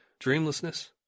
dreamlessness